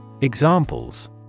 Examples